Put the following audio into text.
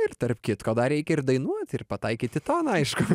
ir tarp kitko dar reikia ir dainuoti ir pataikyt į toną aišku